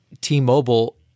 T-Mobile